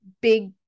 big